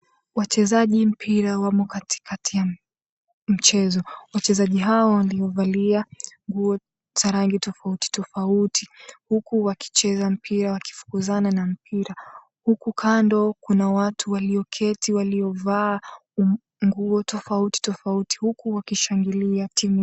Wachezaji mpira wamo katikati ya mchezo. Wachezaji hao waliovalia nguo za rangi tofauti tofauti huku wakicheza mpira wakifukuzana na mpira huku kando kuna watu walioketi waliovaa nguo tofauti tofauti huku wakishangilia.